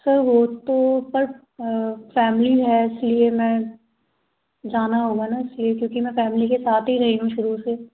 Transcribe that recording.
sir वो तो पर फैमिली है इसलिए मैं जाना होगा ना इसलिए क्योंकि मैं फैमिली के साथ ही रही हूँ शुरू से